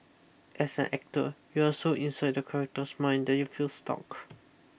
as an actor you are so inside the character's mind if you stuck